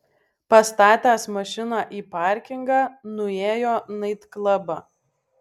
pastatęs mašiną į parkingą nuėjo naitklabą